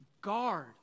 guard